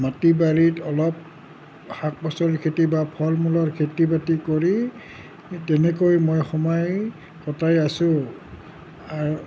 মাটি বাৰীত অলপ শাক পাচলিৰ খেতি বা ফল মূলৰ খেতি বাতি কৰি সেই তেনেকেই মই সময় কটাই আছো